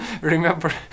remember